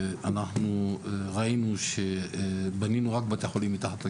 אנחנו ראינו שבנינו רק בתי חולים מתחת לגשר,